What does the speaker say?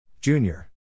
Junior